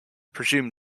presume